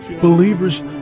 Believers